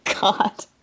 god